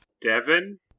Devon